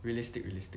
realistic realistic